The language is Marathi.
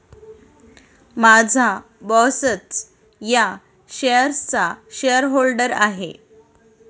माझा बॉसच या शेअर्सचा शेअरहोल्डर आहे